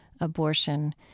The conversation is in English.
abortion